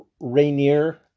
Rainier